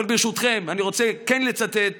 אבל ברשותכם, אני רוצה כן לצטט